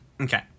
Okay